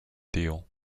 deal